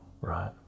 right